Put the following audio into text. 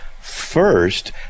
first